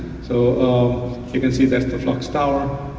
so you can see that's the flux tower.